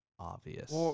obvious